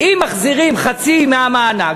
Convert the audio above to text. אם מחזירים חצי מהמענק,